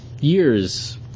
years